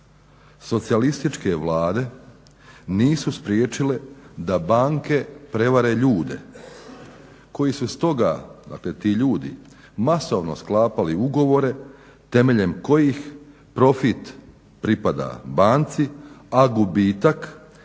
"Socijalističke vlade nisu spriječile da banke prevare ljude koji su stoga, dakle ti ljudi, masovno sklapali ugovore temeljem kojih profit pripada banci, a gubitak i